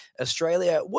Australia